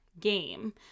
Game